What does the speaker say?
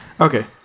Okay